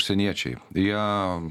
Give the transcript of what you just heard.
užsieniečiai jie